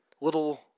little